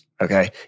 Okay